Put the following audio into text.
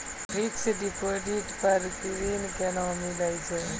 Fixed deposit पर ऋण केना मिलै छै?